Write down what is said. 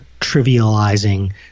trivializing